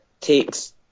takes